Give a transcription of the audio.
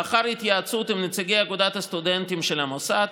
לאחר התייעצות עם נציגי אגודת הסטודנטים של המוסד,